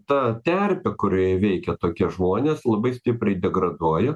ta terpė kurioje veikia tokie žmonės labai stipriai degraduoja